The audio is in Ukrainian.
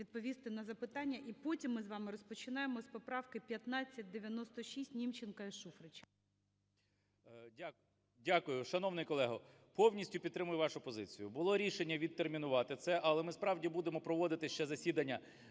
відповісти на запитання, і потім ми з вами розпочинаємо з поправки 1596 Німченка і Шуфрича. 12:45:35 КНЯЖИЦЬКИЙ М.Л. Дякую. Шановний колего, повністю підтримую вашу позицію, було рішеннявідтермінувати це, але ми справді будемо проводити ще засідання,